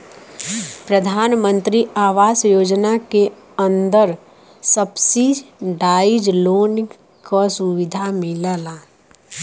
प्रधानमंत्री आवास योजना के अंदर सब्सिडाइज लोन क सुविधा मिलला